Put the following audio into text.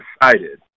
decided